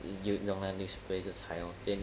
if you don't mind newspapers 你就踩 orh then